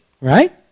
right